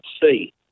see